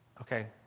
Okay